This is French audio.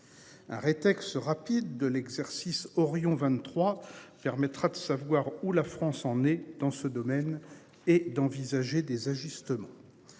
Que ce rapide de l'exercice Orion 23 fermé Trade savoir où la France en est dans ce domaine et d'envisager des ajustements.